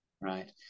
right